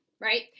right